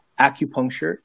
acupuncture